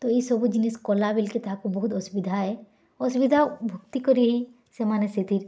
ତ ଇ ସବୁ ଜିନିଷ୍ କଲା ବେଲ୍ କି ତାହାକୁ ବହୁତ ଅସୁବିଧା ଏ ଅସୁବିଧା ଭୁକ୍ତି କରି ସେମାନେ ସେଥିର୍